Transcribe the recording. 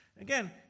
Again